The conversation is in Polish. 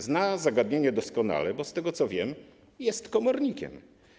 Zna on zagadnienie doskonale, bo z tego co wiem, jest komornikiem.